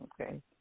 Okay